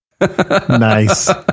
nice